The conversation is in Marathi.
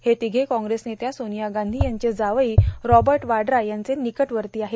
हे तिघे काँग्रेस नेत्या सोनिया गांधी यांचे जावई रॉबर्ट वाड्रा यांचे निकटवर्ती आहेत